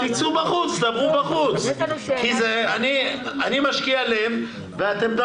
הם לא